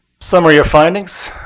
summary of findings.